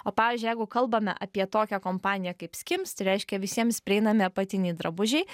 o pavyzdžiui jeigu kalbame apie tokią kompaniją kaip skims tai reiškia visiems prieinami apatiniai drabužiai